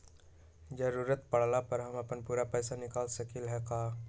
जरूरत परला पर हम अपन पूरा पैसा निकाल सकली ह का?